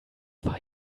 war